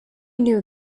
knew